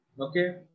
okay